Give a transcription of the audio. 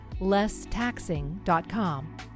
lesstaxing.com